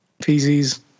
feces